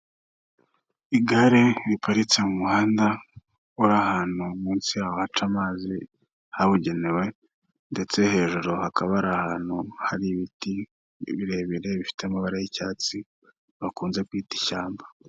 Igare riparitse mu muhanda uri ahantu munsi haca amazi habugenewe, ndetse hejuru hakaba ari ahantu hari ibiti birebire bifite amabara y'icyatsi bakunze kwita ishyamba.